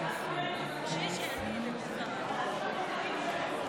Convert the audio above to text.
זה לא מגרש כדורגל פה.